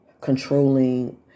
controlling